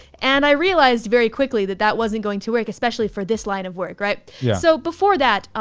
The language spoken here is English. and i realized very quickly that that wasn't going to work, especially for this line of work. so before that,